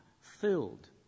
filled